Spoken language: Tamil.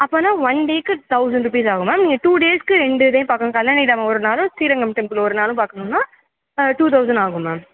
அப்படினா ஒன்டேக்கு தௌசண்ட் ருபீஸ் ஆகும் மேம் நீங்கள் டூ டேஸ்க்கு எந்த எதையும் பார்க்கணும்னா கல்லணை டேமு ஒரு நாளும் ஸ்ரீரங்கம் டெம்புள் ஒரு நாளும் பார்க்கணும்னா டூ த்தௌசண்ட் ஆகும் மேம்